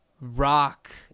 rock